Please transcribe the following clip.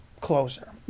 closer